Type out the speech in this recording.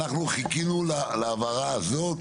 אנחנו חיכינו להבהרה הזאת,